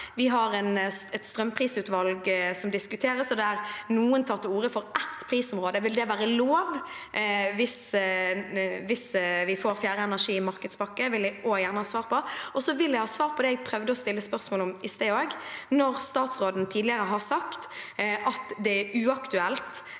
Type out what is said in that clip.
Vi har et strømprisutvalg som diskuteres, og der noen tar til orde for ett prisområde. Vil det være lov hvis vi får fjerde energimarkedspakke? Det vil jeg også gjerne ha svar på. Så vil jeg ha svar på det jeg prøvde å stille spørsmål om i sted: Når statsråden tidligere har sagt at det er uaktuelt